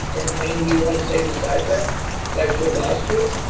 and ah you want to say beside that that i should have asked you?